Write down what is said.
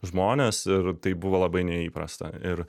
žmones ir tai buvo labai neįprasta ir